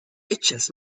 itches